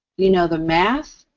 you know the math,